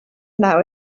now